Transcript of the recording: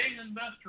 investor